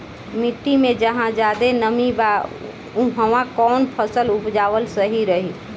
मिट्टी मे जहा जादे नमी बा उहवा कौन फसल उपजावल सही रही?